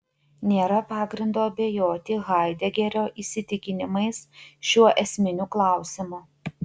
nėra pagrindo abejoti haidegerio įsitikinimais šiuo esminiu klausimu